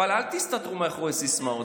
אבל אל תסתתרו מאחורי סיסמאות.